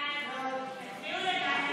ההצעה להעביר את הצעת